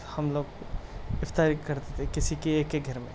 ہم لوگ افطاری کرتے تھے کسی کے ایک کے گھر میں